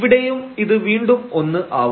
ഇവിടെയും ഇത് വീണ്ടും ഒന്ന് ആവും